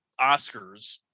Oscars